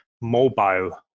mobile